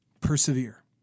persevere